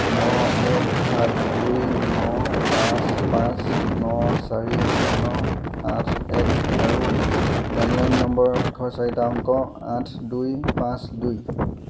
ন এক সাত দুই ন পাঁচ পাঁচ ন চাৰি শূন্য আঠ এক আৰু মোৰ লেণ্ডলাইন নম্বৰৰ শেষৰ চাৰিটা অংক আঠ দুই পাঁচ দুই